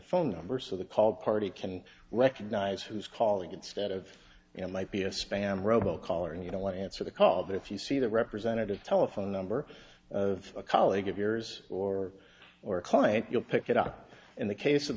phone number so the called party can recognize who's calling instead of you know might be a spam robo collar and you don't want to answer the call but if you see the representative telephone number of a colleague of yours or or a client you'll pick it up in the case of